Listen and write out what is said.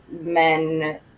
men